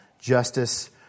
justice